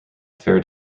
fair